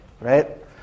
right